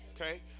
okay